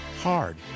hard